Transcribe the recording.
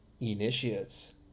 initiates